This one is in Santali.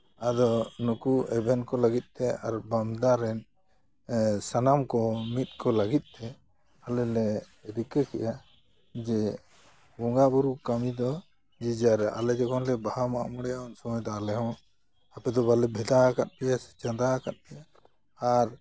ᱟᱫᱚ ᱱᱩᱠᱩ ᱮᱵᱷᱮᱱ ᱠᱚ ᱞᱟᱹᱜᱤᱫᱛᱮ ᱟᱨ ᱵᱟᱢᱫᱟ ᱨᱮᱱ ᱥᱟᱱᱟᱢ ᱠᱚ ᱢᱤᱫ ᱠᱚ ᱞᱟᱹᱜᱚᱫᱛᱮ ᱟᱞᱮ ᱞᱮ ᱨᱤᱠᱟᱹ ᱠᱮᱫᱼᱟ ᱡ ᱵᱚᱸᱜᱟ ᱵᱩᱨᱩ ᱠᱟᱹᱢᱤ ᱫᱚ ᱡᱮᱡᱟᱨᱟᱜ ᱟᱞᱮ ᱡᱚᱠᱷᱚᱱᱞᱮ ᱵᱟᱦᱟ ᱢᱟᱜ ᱢᱚᱬᱮᱜᱼᱟ ᱩᱱ ᱥᱚᱢᱚᱭ ᱫᱚ ᱟᱞᱮ ᱦᱚᱸ ᱟᱯᱮ ᱫᱚ ᱵᱟᱞᱮ ᱵᱷᱮᱫᱟ ᱟᱠᱟᱫ ᱯᱮᱭᱟ ᱥᱮ ᱪᱟᱸᱫᱟ ᱟᱠᱟᱫ ᱯᱮᱭᱟ ᱟᱨ